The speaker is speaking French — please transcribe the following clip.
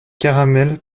caramel